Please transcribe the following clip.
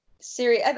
Siri